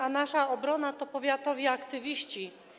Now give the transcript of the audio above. A nasza obrona to powiatowi aktywiści.